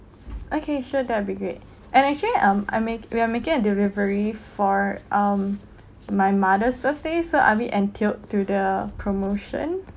okay sure that'll be great and actually um I make we are making a delivery for um my mother's birthday so are we entailed to the promotion